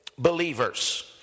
believers